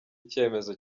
icyemezo